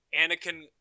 Anakin